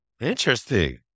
interesting